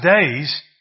days